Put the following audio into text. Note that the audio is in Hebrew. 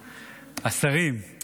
השרים,